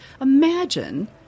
imagine